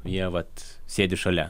jie vat sėdi šalia